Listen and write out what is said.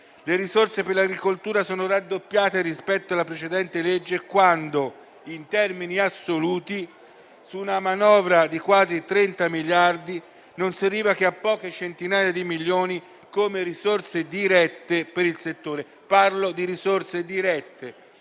le risorse per l'agricoltura siano raddoppiate rispetto alla precedente legge quando, in termini assoluti, su una manovra di quasi 30 miliardi di euro, non si arriva che a poche centinaia di milioni come risorse dirette per il settore. Parlo di risorse dirette: